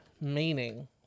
meaning